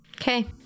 Okay